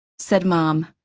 said mom,